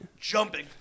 jumping